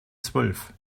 zwölf